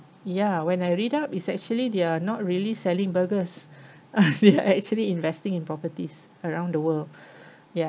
ya when I read up it's actually they are not really selling burgers they are actually investing in properties around the world ya